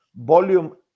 volume